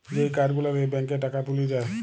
যেই কার্ড গুলা দিয়ে ব্যাংকে টাকা তুলে যায়